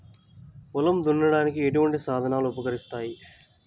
పొలం దున్నడానికి ఎటువంటి సాధనలు ఉపకరిస్తాయి?